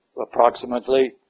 approximately